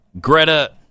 Greta